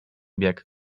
bieg